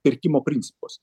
pirkimo principus